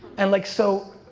and like so,